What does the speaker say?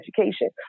Education